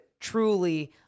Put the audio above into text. truly